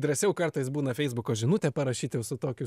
drąsiau kartais būna feisbuko žinutę parašyt jau su tokiu